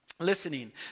listening